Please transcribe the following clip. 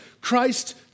Christ